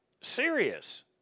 Serious